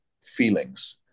feelings